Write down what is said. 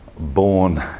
born